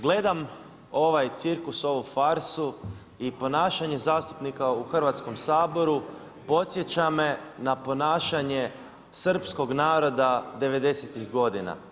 Gledam ovaj cirkus, ovu farsu i ponašanje zastupnika u Hrvatskom saboru podsjeća me na ponašanje srpskog naroda '90.-tih godina.